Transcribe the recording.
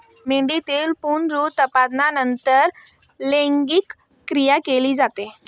मेंढीतील पुनरुत्पादनानंतर लैंगिक क्रिया केली जाते